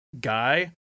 guy